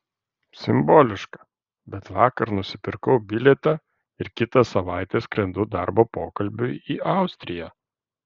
simboliška bet vakar nusipirkau bilietą ir kitą savaitę skrendu darbo pokalbiui į austriją